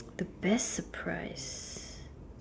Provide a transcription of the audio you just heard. the best surprise